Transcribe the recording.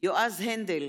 יועז הנדל,